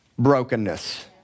brokenness